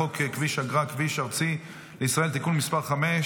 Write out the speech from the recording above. כביש אגרה (כביש ארצי לישראל) (תיקון מס' 5),